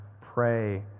Pray